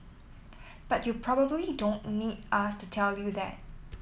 but you probably don't need us to tell you that